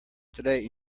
today